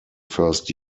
first